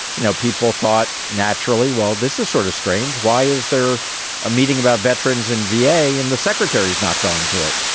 you know, people thought naturally, well, this is sort of strange. why is there a meeting about veterans in v a. and the secretary is not going to it?